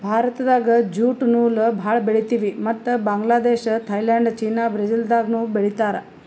ಭಾರತ್ದಾಗ್ ಜ್ಯೂಟ್ ನೂಲ್ ಭಾಳ್ ಬೆಳಿತೀವಿ ಮತ್ತ್ ಬಾಂಗ್ಲಾದೇಶ್ ಥೈಲ್ಯಾಂಡ್ ಚೀನಾ ಬ್ರೆಜಿಲ್ದಾಗನೂ ಬೆಳೀತಾರ್